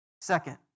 Second